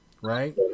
right